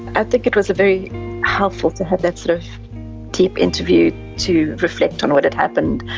i think it was very helpful to have that sort of deep interview to reflect on what had happened,